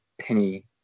Penny